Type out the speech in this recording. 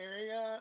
area